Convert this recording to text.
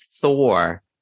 Thor